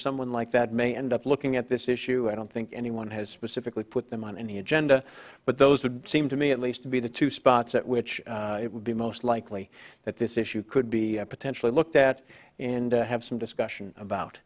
someone like that may end up looking at this issue i don't think anyone has specifically put them on any agenda but those would seem to me at least to be the two spots at which it would be most likely that this issue could be potentially looked at and have some discussion about